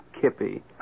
Kippy